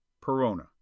perona